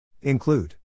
Include